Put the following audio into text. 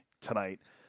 tonight